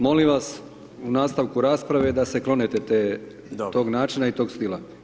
Molim vas u nastavku rasprave da se klonite tog načina i tog stila.